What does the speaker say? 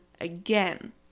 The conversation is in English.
again